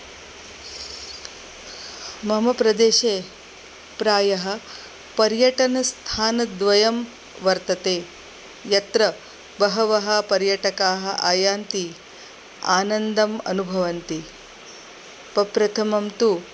मम प्रदेशे प्रायः पर्यटनस्थानद्वयं वर्तते यत्र बहवः पर्यटकाः आयान्ति आनन्दम् अनुभवन्ति प्रप्रथमं तु